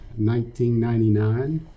1999